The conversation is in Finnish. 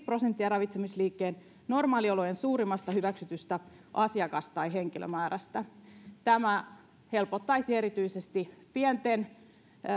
prosenttia ravitsemusliikkeen normaaliolojen suurimmasta hyväksytystä asiakas tai henkilömäärästä tämä helpottaisi erityisesti pienten